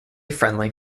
friendly